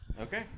Okay